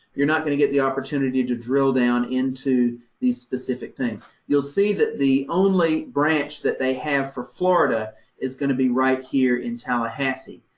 you're not going to get the opportunity to drill down into these specific things. you'll see that the only branch that they have for florida is going to be right here in tallahassee.